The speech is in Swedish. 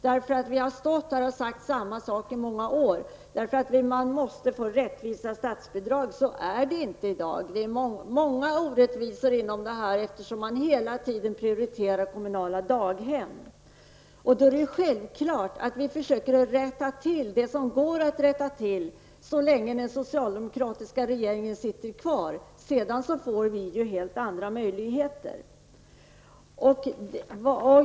Vi har nämligen stått här och sagt samma sak i många år, eftersom vi anser att statsbidragen måste bli rättvisa. Så är det inte i dag. Det finns många orättvisor i detta sammanhang, eftersom kommunala daghem hela tiden prioriteras. Därfär är det självklart att vi försöker rätta till det som går att rätta till så länge den socialdemokratiska regeringen sitter kvar. Sedan får vi helt andra möjligheter.